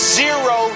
zero